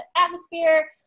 atmosphere